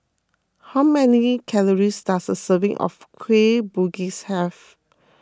how many calories does a serving of Kueh Bugis have